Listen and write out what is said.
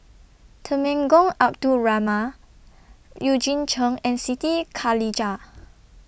Temenggong Abdul Rahman Eugene Chen and Siti Khalijah